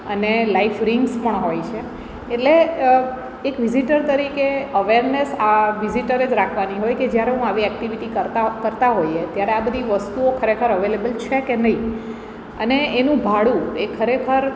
અને life rings પણ હોય છે એટલે એક વિઝિટર તરીકે અવેરનેસ આ વિઝિટરે જ રાખવાની હોય કે જ્યારે હું આવી એક્ટિવિટી કરતા કરતા હોઈએ ત્યારે આ બધી વસ્તુઓ ખરેખર અવેલેબલ છે કે નહીં અને એનું ભાડું એ ખરેખર